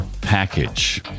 package